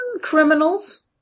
criminals